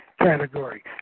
category